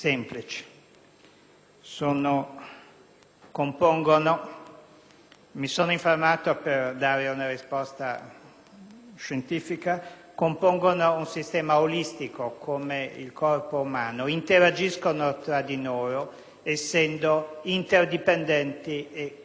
mi sono informato per dare una risposta scientifica - un sistema olistico come il corpo umano, interagiscono tra di loro essendo interdipendenti e coniugate.